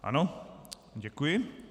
Ano, děkuji.